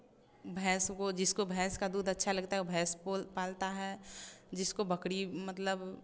भैंस को जिसको भैंस का दूध अच्छा लगता है वह भैंस पो पालता है जिसको बकरी मतलब